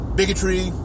bigotry